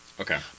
Okay